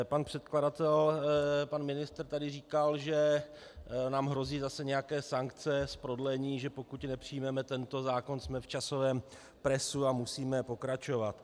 Pan předkladatel, pan ministr, tady říkal, že nám hrozí zase nějaké sankce z prodlení, že pokud nepřijmeme tento zákon, jsme v časovém presu a musíme pokračovat.